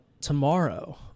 tomorrow